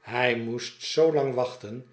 hij moest zoolang wachten